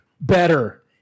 Better